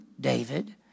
David